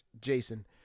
Jason